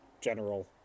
general